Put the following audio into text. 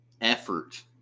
effort